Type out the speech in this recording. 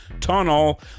tunnel